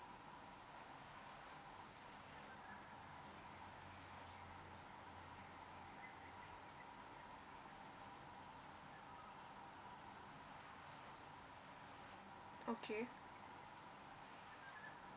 okay